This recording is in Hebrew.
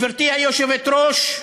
גברתי היושבת-ראש,